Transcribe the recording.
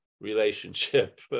relationship